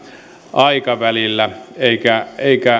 aikavälillä eikä